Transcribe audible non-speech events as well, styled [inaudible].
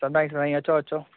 [unintelligible] साईं अचो अचो